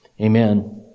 Amen